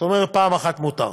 זאת אומרת, פעם אחת מותר,